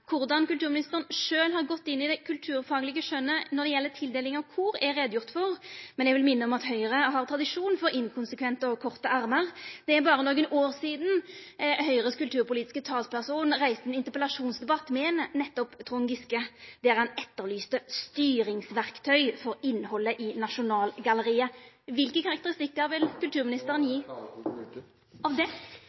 Korleis kulturministeren sjølv har gått inn i det kulturfaglege skjønnet når det gjeld tildeling av kor, er gjort greie for. Men eg vil minna om at Høgre har tradisjon for inkonsekvente og korte armar. Det er berre nokre år sidan Høgres kulturpolitiske talsperson reiste ein interpellasjonsdebatt med nettopp Trond Giske, der han etterlyste styringsverktøy for innhaldet i Nasjonalgalleriet. Kva for karakteristikkar vil kulturministeren gje av